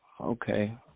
Okay